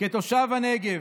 כתושב הנגב,